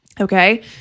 Okay